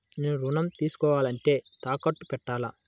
నేను ఋణం తీసుకోవాలంటే తాకట్టు పెట్టాలా?